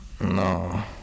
No